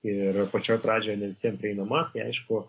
ir pačioj pradžioj ne visiem prieinama tai aišku